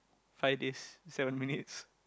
five days seven minutes